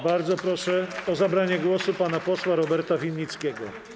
Bardzo proszę o zabranie głosu pana posła Roberta Winnickiego.